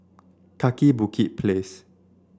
Kaki Bukit Place